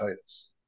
Titus